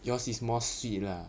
yours is more sweet lah